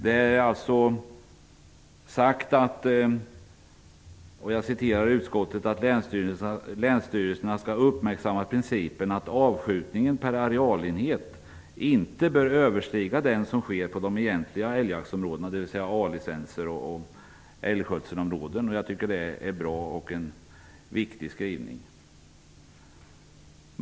Det är sagt att länsstyrelserna skall uppmärksamma principen att avskjutningen per arealenhet inte bör överstiga den som sker på de egentliga älgjaktsområdena, dvs. A-licens och älgskötselområden. Det är en viktig skrivning.